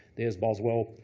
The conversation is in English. there's boswell,